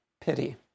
pity